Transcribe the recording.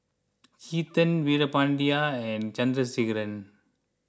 Chetan Veerapandiya and Chandrasekaran